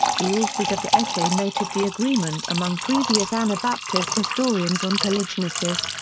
the authors of the essay noted the agreement among previous anabaptist historians on polygenesis,